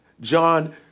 John